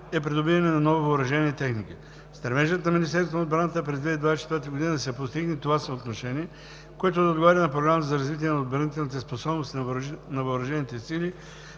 е придобиване на ново въоръжение и техника. Стремежът на Министерството на отбраната е през 2024 г. да се постигне това съотношение, което да отговаря на Програмата за развитие на отбранителните способности на въоръжените сили